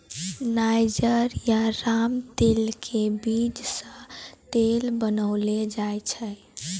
niger या रामतिल के बीज सॅ तेल बनैलो जाय छै